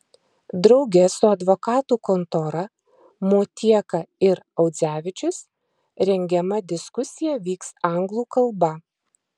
drauge su advokatų kontora motieka ir audzevičius rengiama diskusija vyks anglų kalba